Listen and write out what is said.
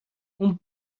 اون